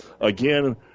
again